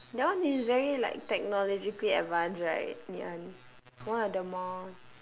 that one is very like technologically advanced right ngee ann one of the more